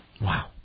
Wow